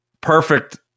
perfect